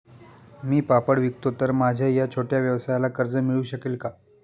मी पापड विकतो तर माझ्या या छोट्या व्यवसायाला कर्ज मिळू शकेल का?